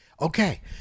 okay